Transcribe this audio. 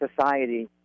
society